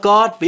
God